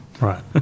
Right